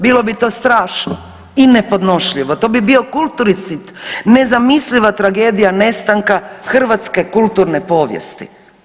Bilo bi to strašno i nepodnošljivo, to bi bio kulturocid, nezamisliva tragedija nestanka hrvatske kulturne povijesti.